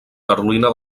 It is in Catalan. carolina